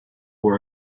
known